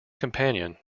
companion